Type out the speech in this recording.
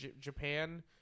Japan